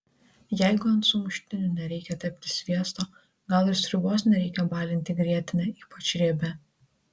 jeigu ant sumuštinių nereikia tepti sviesto gal ir sriubos nereikia balinti grietine ypač riebia